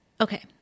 Okay